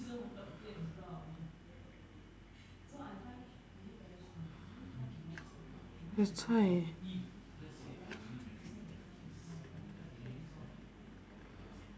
that's why